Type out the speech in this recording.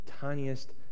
tiniest